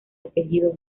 apellido